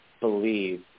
believe